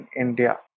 India